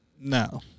No